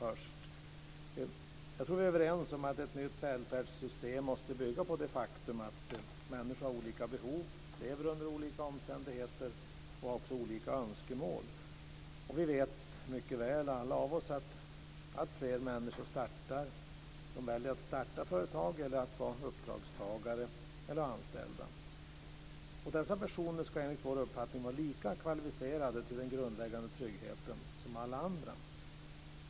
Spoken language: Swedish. Jag tror att vi är överens om att ett nytt välfärdssystem måste bygga på det faktum att människor har olika behov, lever under olika omständigheter och har olika önskemål. Alla vet vi mycket väl att alltfler människor väljer att starta företag eller att vara uppdragstagare eller anställda. Dessa personer ska enligt vår uppfattning vara lika kvalificerade till den grundläggande tryggheten som alla andra.